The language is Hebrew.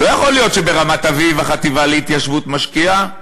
לא יכול להיות שהחטיבה להתיישבות משקיעה ברמת-אביב.